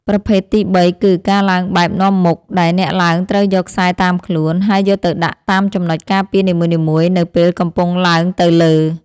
ប្រភេទទីបីគឺ ការឡើងបែបនាំមុខ ដែលអ្នកឡើងត្រូវយកខ្សែតាមខ្លួន ហើយយកទៅដាក់តាមចំណុចការពារនីមួយៗនៅពេលកំពុងឡើងទៅលើ។